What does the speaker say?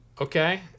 Okay